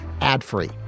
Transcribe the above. ad-free